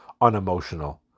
unemotional